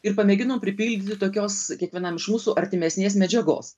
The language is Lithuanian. ir pamėginom pripildyti tokios kiekvienam iš mūsų artimesnės medžiagos